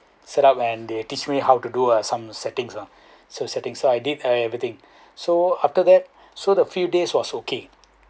setup and they teach me how to do uh some settings ah so settings so I did everything so after that so the few days was okay